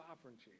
sovereignty